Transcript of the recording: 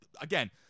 again